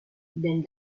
del